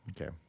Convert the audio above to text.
Okay